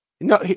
No